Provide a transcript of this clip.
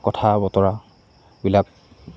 কথা বতৰাবিলাক